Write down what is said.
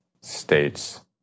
states